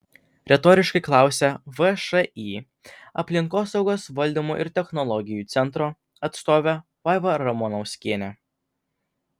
retoriškai klausia všį aplinkosaugos valdymo ir technologijų centro atstovė vaiva ramanauskienė